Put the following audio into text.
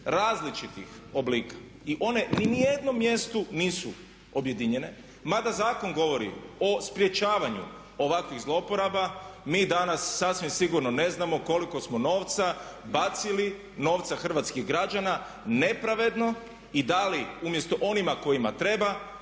različitih oblika i one ni u jednom mjestu nisu objedinjene mada zakon govori o sprječavanju ovakvih zlouporaba. Mi danas sasvim sigurno ne znamo koliko smo novca bacili, novca hrvatskih građana nepravedno i dali umjesto onima kojima treba